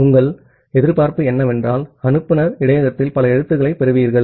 உங்கள் எதிர்பார்ப்பு என்னவென்றால் அனுப்புநர் இடையகத்தில் பல கேரக்டர்க்ளைப் பெறுவீர்கள்